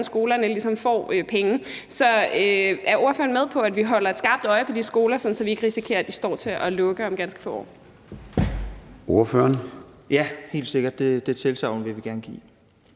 skolerne får penge. Så er ordføreren med på, at vi holder et skarpt øje med de skoler, sådan at vi ikke risikerer, at de står til at lukke om ganske få år? Kl. 13:17 Formanden (Søren Gade):